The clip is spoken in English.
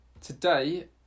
Today